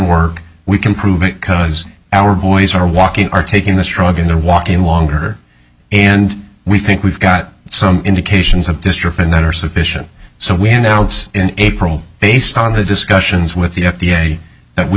work we can prove it because our boys are walking are taking this drug and they're walking longer and we think we've got some indications of dystrophin that are sufficient so we announce in april based on the discussions with the f d a that we